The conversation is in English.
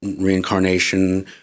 reincarnation